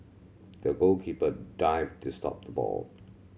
the goalkeeper dived to stop the ball